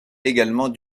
également